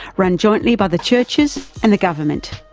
run jointly by the churches and the government.